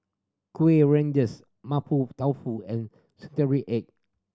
Kuih Rengas Mapo Tofu and egg